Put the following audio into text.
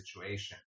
situation